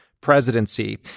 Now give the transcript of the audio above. presidency